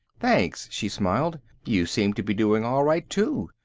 thanks. she smiled. you seem to be doing all right, too.